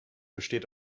besteht